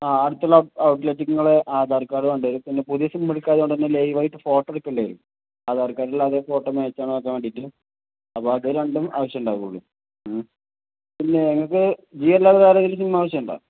ആ അടുത്തുള്ള ഔട്ട്ലെറ്റ് നിങ്ങൾ ആധാർ കാർഡ് വേണ്ട വരും പിന്നെ പുതിയ സിമ്മ് എടുക്കാത്തത് കോണ്ട് തന്നെ ലൈവ ആയിട്ട് ഫോട്ടോ എടുക്കേണ്ടി വരും ആധാർ കാർഡിൽ അത ഫോട്ടോ മേച്ച ആണോന്ന് നോക്കൻ വേണ്ടിയിട്ട് അപ്പം അത് രണ്ടും ആവശ്യം ഉണ്ടാവൂള്ളൂ പിന്നെ നിങ്ങൾക്ക് ജിയ അല്ലാതെ വേറെ ഏതേലും സിമ്മ് ആവശ്യമുണ്ടോ